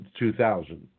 2000